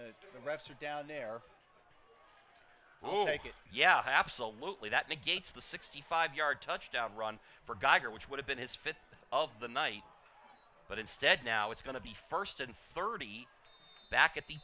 the rest are down there who make it yeah absolutely that negates the sixty five yard touchdown run for geiger which would have been his fifth of the night but instead now it's going to be first in thirty eight back at the